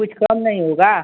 कुछ कम नहीं होगा